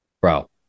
bro